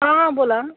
हां बोला